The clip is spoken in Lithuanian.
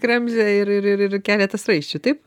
kremzlė ir ir ir ir keletas raiščių taip